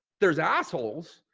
there's assholes,